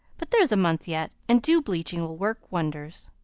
but there's a month yet, and dew-bleaching will work wonders.